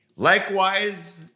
Likewise